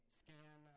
scan